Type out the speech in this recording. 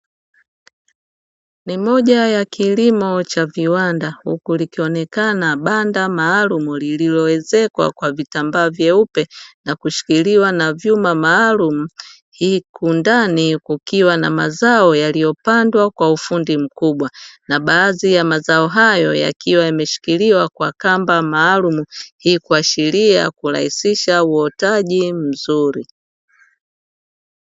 Ni moja ya kilimo cha viwanda huku likionekana banda maalumu lilioezekwa kwa vitambaa vyeupe na kuchikilowa na vyuma maalumu huku ndani kukiwa na mazao yaliyopanndwa kwa ufundi mkubwa na baadhi ya mazao hayo yaiwa yameshiliwa kwa kamba maalumu hii kuashiria uotaji mzuri.